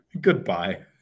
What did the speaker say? Goodbye